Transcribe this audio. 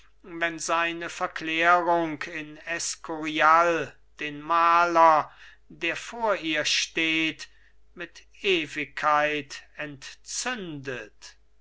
wenn seine verklärung in eskurial den maler der vor ihr steht mit ewigkeit entzündet